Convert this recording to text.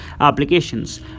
applications